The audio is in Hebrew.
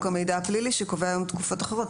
המידע הפלילי שקובע היום תקופות אחרות.